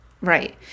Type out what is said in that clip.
Right